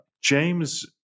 James